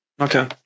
Okay